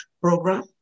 program